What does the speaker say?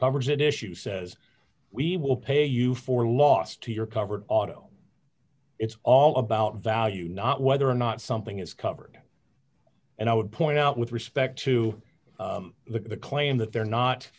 coverage that issue says we will pay you for loss to your covered auto it's all about value not whether or not something is covered and i would point out with respect to the claim that they're not